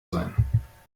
sein